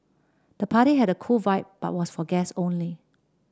the party had a cool vibe but was for guest only